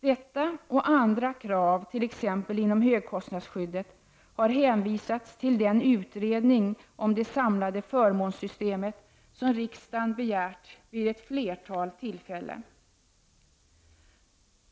Detta och andra krav t.ex. inom högkostnadsskyddet har hänvisats till den utredning om det samlade förmånssystemet som riksdagen vid ett flertal tillfällen begärt.